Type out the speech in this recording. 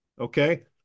Okay